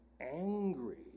Angry